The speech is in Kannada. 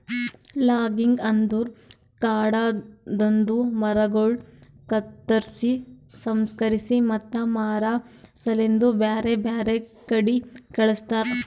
ಲಾಗಿಂಗ್ ಅಂದುರ್ ಕಾಡದಾಂದು ಮರಗೊಳ್ ಕತ್ತುರ್ಸಿ, ಸಂಸ್ಕರಿಸಿ ಮತ್ತ ಮಾರಾ ಸಲೆಂದ್ ಬ್ಯಾರೆ ಬ್ಯಾರೆ ಕಡಿ ಕಳಸ್ತಾರ